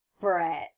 Brett